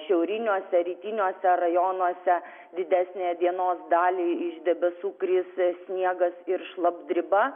šiauriniuose rytiniuose rajonuose didesnę dienos dalį iš debesų kris sniegas ir šlapdriba